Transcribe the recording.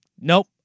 Nope